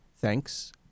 Thanks